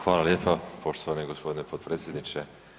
Hvala lijepa poštovani gospodine potpredsjedniče.